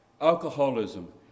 Alcoholism